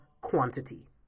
quantity